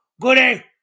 Goody